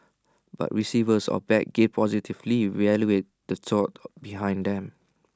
but receivers of bad gifts positively evaluated the thought behind them